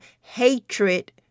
hatred